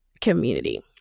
community